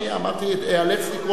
אמרתי: "איאלץ לקרוא לך".